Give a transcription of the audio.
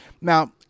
Now